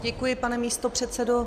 Děkuji, pane místopředsedo.